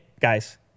guys